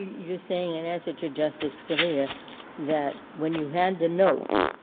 you saying in answer to justice scalia that when you had the notes,